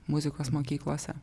muzikos mokyklose